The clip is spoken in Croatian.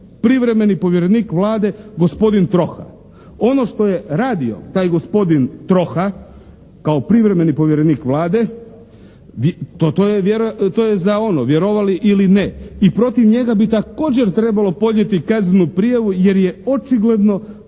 privremeni povjerenik Vlade, gospodin Troha. Ono što je radio taj gospodin Troha kao privremeni povjerenik Vlade, to je za ono vjerovali ili ne, i protiv njega bi također trebalo podnijeti kaznenu prijavu jer je očigledno to bilo